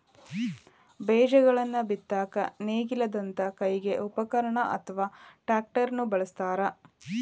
ಬೇಜಗಳನ್ನ ಬಿತ್ತಾಕ ನೇಗಿಲದಂತ ಕೈ ಉಪಕರಣ ಅತ್ವಾ ಟ್ರ್ಯಾಕ್ಟರ್ ನು ಬಳಸ್ತಾರ